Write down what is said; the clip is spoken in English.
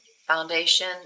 Foundation